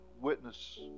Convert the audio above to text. witness